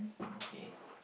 okay